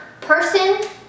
person